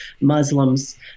Muslims